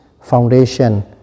foundation